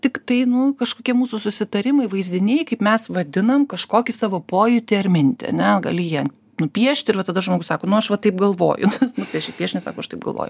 tiktai nu kažkokie mūsų susitarimai vaizdiniai kaip mes vadinam kažkokį savo pojūtį ar mintį anegali ją nupiešti ir va tada žmogus sako nu aš va taip galvoju nupiešė piešinį sako aš taip galvoju